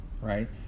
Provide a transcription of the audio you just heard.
right